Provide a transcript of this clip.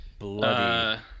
Bloody